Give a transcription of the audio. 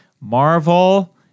Marvel